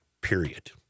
period